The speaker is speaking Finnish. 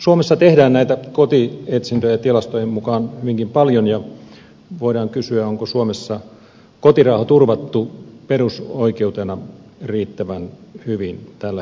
suomessa tehdään näitä kotietsintöjä tilastojen mukaan hyvinkin paljon ja voidaan kysyä onko suomessa kotirauha turvattu perusoikeutena riittävän hyvin tällä hetkellä